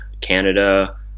Canada